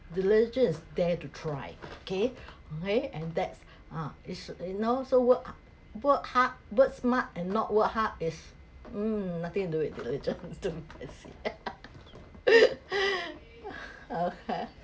diligence is dare to try okay okay and that's uh it's you know so work work hard work smart and not work hard is mm nothing to do with diligence to me okay